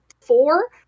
four